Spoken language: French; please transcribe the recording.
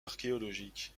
archéologiques